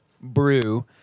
brew